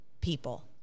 people